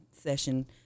session